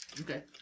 Okay